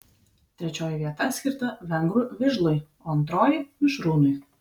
trečioji vieta skirta vengrų vižlui o antroji mišrūnui